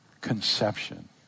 conception